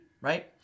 right